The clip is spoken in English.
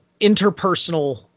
interpersonal